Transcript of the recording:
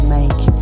make